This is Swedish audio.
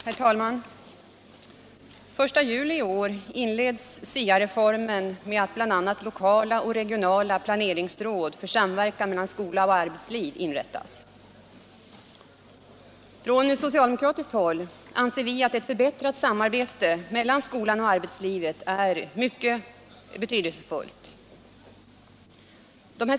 Herr talman! Den 1 juli 1977 inleds SIA-reformen med att bl.a. lokala och regionala planeringsråd för samverkan mellan skola och arbetsliv inrättas. Från socialdemokratiskt håll anser vi att ett förbättrat samarbete mellan skolan och arbetslivet är mycket betydelsefullt.